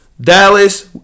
Dallas